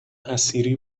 حصیری